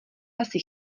asi